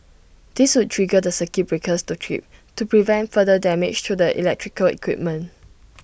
this would trigger the circuit breakers to trip to prevent further damage to the electrical equipment